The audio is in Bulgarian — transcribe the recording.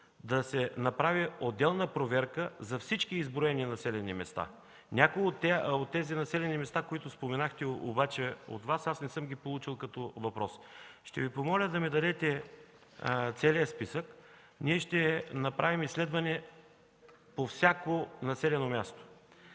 да се направи отделна проверка за всички изброени населени места. Някои от тези населени места, които споменахте, обаче не съм ги получил като въпрос от Вас. Ще Ви помоля да ми дадете целия списък. Ние ще направим изследване по всяко населено място,